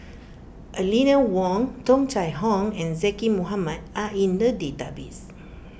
Eleanor Wong Tung Chye Hong and Zaqy Mohamad are in the database